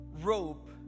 rope